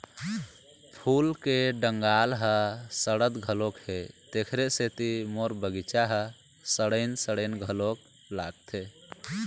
फूल के डंगाल ह सड़त घलोक हे, तेखरे सेती मोर बगिचा ह सड़इन सड़इन घलोक लागथे